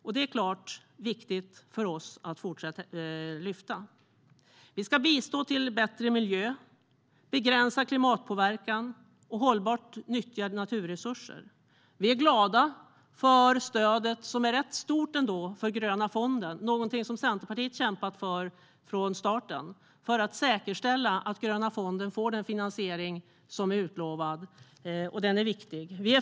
Det är klart viktigt för oss att fortsätta lyfta. Vi ska bistå till en bättre miljö, begränsa klimatpåverkan och stödja ett hållbart nyttjande av naturresurser. Vi är glada för stödet för Gröna fonden, som är rätt stort ändå. Detta är något som Centerpartiet har kämpat för från starten för att säkerställa att Gröna fonden får den finansiering som är utlovad. Den är viktig.